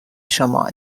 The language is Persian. شما